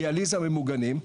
דיאליזה, ממוגנים.